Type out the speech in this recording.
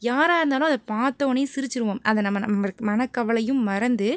யாராக இருந்தாலும் அதை பார்த்தவொன்னே சிரிச்சுருவோம் அதை நம்ம நம்ம மனக்கவலையும் மறந்து